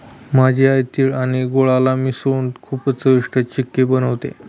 माझी आई तिळ आणि गुळाला मिसळून खूपच चविष्ट चिक्की बनवते